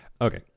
Okay